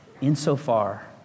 insofar